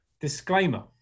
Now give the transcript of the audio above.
disclaimer